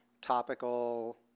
topical